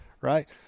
Right